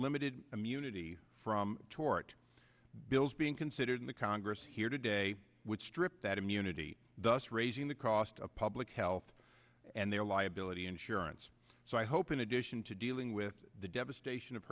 limited immunity from tort bills being considered in the congress here today which stripped that immunity thus raising the cost of public health and their liability insurance so i hope in addition to dealing with the devastation of